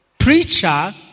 preacher